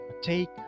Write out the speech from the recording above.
take